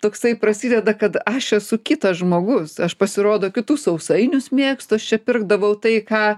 toksai prasideda kad aš esu kitas žmogus aš pasirodo kitų sausainius mėgstu aš čia pirkdavau tai ką